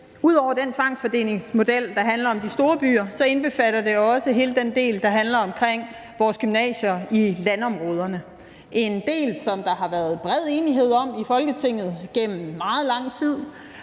ud over den tvangsfordelingsmodel, der handler om de store byer, indbefatter det her lovforslag også hele den del, der handler om vores gymnasier i landområderne. Det er en del, som der har været bred enighed om i Folketinget gennem meget lang tid